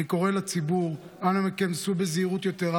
אני קורא לציבור: אנא מכם, סעו בזהירות יתרה